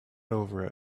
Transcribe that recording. over